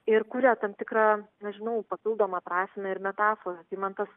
ir kuria tam tikrą nežinau papildomą prasmę ir metaforątai man tas